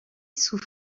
sous